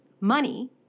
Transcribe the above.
money